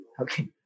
Okay